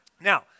now